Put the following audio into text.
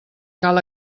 cal